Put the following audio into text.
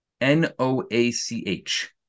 N-O-A-C-H